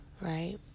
right